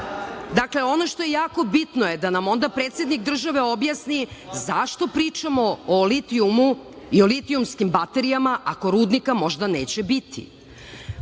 lagala. Ono što je jako bitno je da nam onda predsednik države objasni zašto pričamo o litijumu i litijumskim baterijama, ako rudnika možda neće biti. Ono